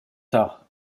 tard